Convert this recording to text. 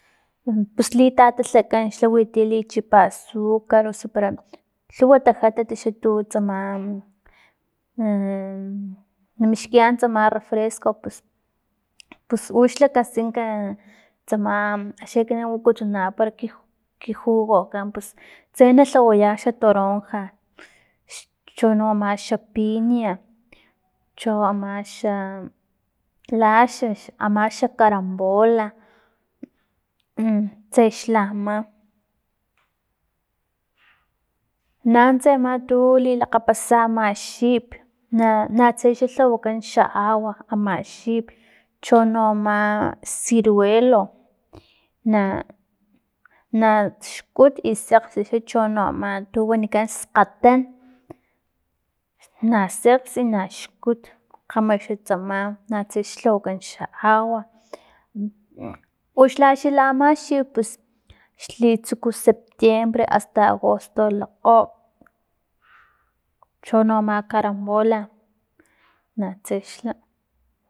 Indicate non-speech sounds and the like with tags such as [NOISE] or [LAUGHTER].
Pus litatatlakan xla winti lichipa azucar osu para lhuwa tajatat noxan tsama [HESITATION] namixkiyan tsama refresco pus- pus uxlakaskinka tsama chi ekinan wakutuna para ki- ki jugo kan pus tse na lhawaya xa toronja x chono ama xa piña cho ama xa laxax ama xa carambola, [HESITATION] tse xla ama nanuntsa ama tu lilakgapasya ama xip na natse xla lhawakan xa agua ama xip, chono ama ciruelo na naxkut i sekgs chono ama tu wanikan skgatan na sekgs i naxkut kgama xan tsama natse lhawakan xa agua uxla xa ama xip pus xlitsukut septiembre hasta agosto lakgo chono ama carambola, natse xla.